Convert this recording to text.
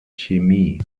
chemie